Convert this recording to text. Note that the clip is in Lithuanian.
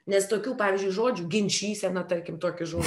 nes tokių pavyzdžiui žodžių ginčysena tarkim tokį žo